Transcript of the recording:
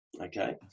Okay